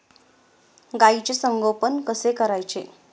गाईचे संगोपन कसे करायचे?